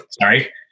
sorry